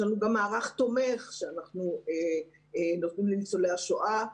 יש לנו גם מערך תומך שאנחנו נותנים לניצולי השואה.